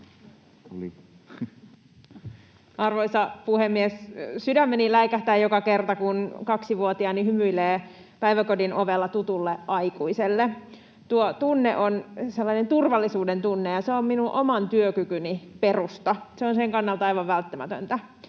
Arvoisa puhemies! Sydämeni läikähtää joka kerta, kun kaksivuotiaani hymyilee päiväkodin ovella tutulle aikuiselle. Tuo tunne on sellainen turvallisuudentunne, ja se on minun oman työkykyni perusta — se on sen kannalta aivan välttämätöntä.